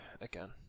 again